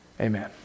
amen